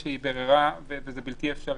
היא אמרה לי שהיא ביררה וזה בלתי אפשרי.